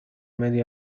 medio